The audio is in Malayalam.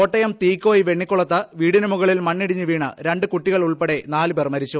കോട്ടയം തീക്കോയ് വെണ്ണിക്കുളത്ത് വീടിന് മുകളിൽ മണ്ണിടിഞ്ഞ് വീണ് രണ്ടു കുട്ടികളുൾപ്പെടെ നാല് പേർ മരിച്ചു